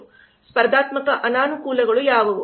ಸ್ಪರ್ಧಾತ್ಮಕ ಅನಾನುಕೂಲಗಳು ಯಾವುವು